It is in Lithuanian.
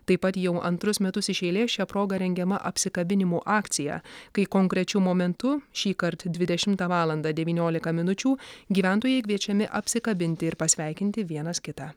taip pat jau antrus metus iš eilės šia proga rengiama apsikabinimų akcija kai konkrečiu momentu šįkart dvidešimtą valandą devyniolika minučių gyventojai kviečiami apsikabinti ir pasveikinti vienas kitą